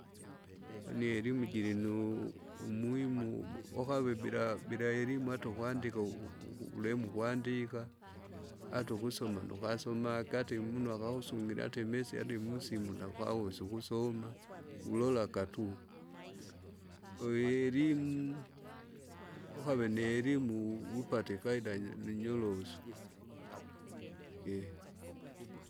Yaani elimu jirinu- umuimu wakave bila bila elimu ata ukwandika ukukuku ulemu ukwandika, ata ukusoma nokasomage, ata imunu akausumile ata imisi adi musimu nakawesa ukusoma. Ulolaka tu, uielimu, ukave ni elimu, wupate ifaida jirinyorosu.